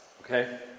Okay